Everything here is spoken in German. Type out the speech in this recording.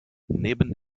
neben